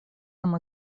нам